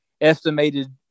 estimated